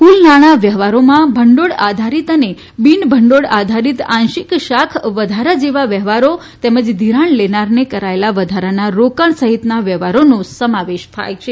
કુલ નાણાં વ્યવહારોમાં ભંડોળ આધારિત અને બિન ભંડોળ આધારિત આંશિક શાખ વધારા જેવા વ્યવહારો તેમ જ ધિરાણ લેનારને કરાયેલા વધારાના રોકાણ સહિતના વ્યવહારોનો સમાવેશ થાય છે